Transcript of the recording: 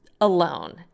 alone